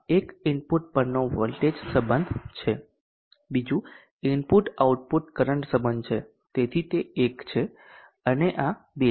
એક ઇનપુટ પરનો વોલ્ટેજ સંબધ છે બીજું ઇનપુટ આઉટપુટ કરંટ સંબધ છે તેથી તે 1 છે અને આ 2 છે